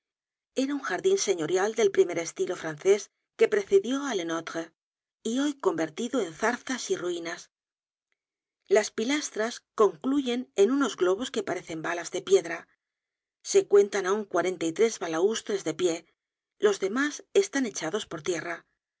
era un jardin señorial del primer estilo francés que precedió á le notre y hoy convertido en zarzas y ruinas las pilastras concluyen en unos globos que parecen balas de piedra se cuentan aun cuarenta y tres balaustres de pie los demás están echados por tierra